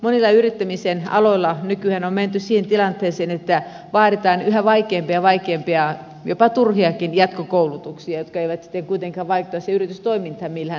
monilla yrittämisen aloilla nykyään on menty siihen tilanteeseen että vaaditaan yhä vaikeampia ja vaikeampia jopa turhiakin jatkokoulutuksia jotka eivät sitten kuitenkaan vaikuta siihen yritystoimintaan millään tavalla